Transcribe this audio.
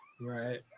right